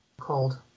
Cold